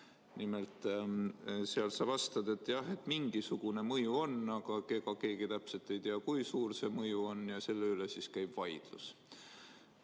Nimelt, seal sa vastad, et jah, mingisugune mõju on, aga ega keegi täpselt ei tea, kui suur see mõju on, selle üle käib vaidlus.